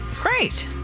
Great